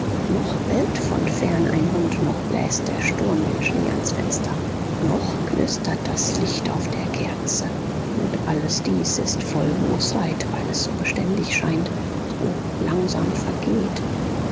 noch bellt von fern ein hund noch bläst der sturm den schnee ans fenster noch knistert das licht auf der kerze und alles dies ist voll bosheit weil es so beständig scheint so langsam vergeht